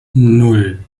nan